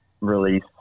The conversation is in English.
release